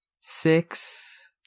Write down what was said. Six